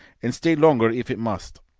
and stay longer if it must.